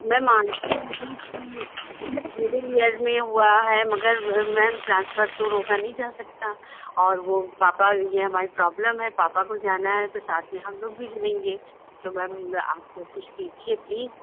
मैं मानती हूँ कि मिडिल इयर में हुआ है मगर मैम ट्रान्सफ़र तो रोका नहीं जा सकता और वो पापा ये हमारी प्रॉब्लम है पापा को जाना है तो साथ में हम लोग भी जाएँगे तो मैम आप कोशिश कीजिए प्लीज